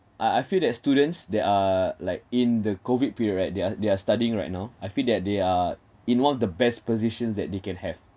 I I feel that students they are like in the COVID period right they're they're studying right now I feel that they are in one of the best positions that they can have